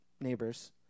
neighbors